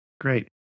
Great